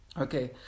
Okay